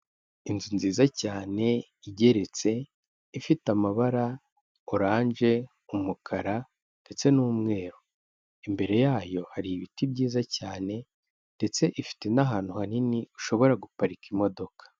Inzu nziza cyane igeretse ifite amabara, orange, umukara, ndetse n'umweru. Imbere yayo hari ibiti byiza cyane, ndetse ifite n'ahantu hanini ushobora guparika imodoka.